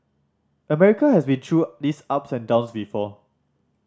America has been through these ups and downs before